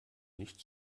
nicht